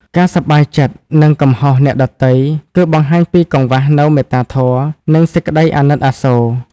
ការសប្បាយចិត្តនឹងកំហុសអ្នកដទៃ គឺបង្ហាញពីកង្វះនូវមេត្តាធម៌ និងសេចក្តីអាណិតអាសូរ។